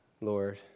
Lord